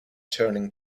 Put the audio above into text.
turning